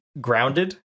Grounded